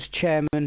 chairman